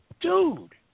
dude